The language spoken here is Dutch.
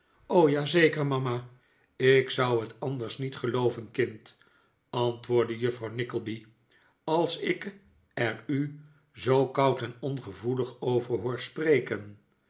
ja zeker mama ik zou het anders niet gelooven kind antwoordde juffrouw nickleby als ik er u zoo koud en ongevoelig over hoor spreken